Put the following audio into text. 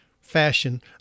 fashion